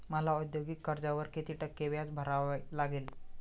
मला औद्योगिक कर्जावर किती टक्के व्याज भरावे लागेल?